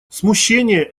смущение